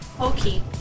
Okay